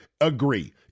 agree